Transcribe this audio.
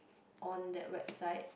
on that website